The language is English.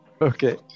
okay